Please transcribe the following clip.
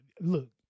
look